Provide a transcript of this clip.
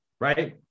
Right